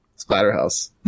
Splatterhouse